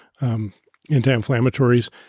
anti-inflammatories